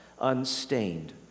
unstained